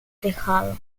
tejado